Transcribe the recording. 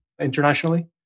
internationally